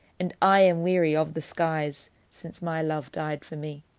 and i am weary of the skies, since my love died for me.